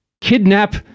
kidnap